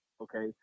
okay